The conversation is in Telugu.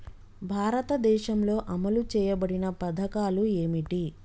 భారతదేశంలో అమలు చేయబడిన పథకాలు ఏమిటి?